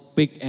big